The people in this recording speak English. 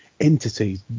entities